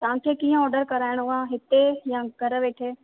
तव्हांखे कीअं ऑडर कराइणो आहे हिते या घर वेठे